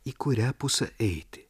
į kurią pusę eiti